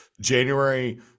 January